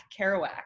Kerouac